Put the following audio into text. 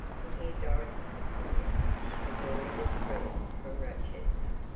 to hear dorothy's opinion of the glorious dress from rochester.